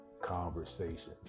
conversations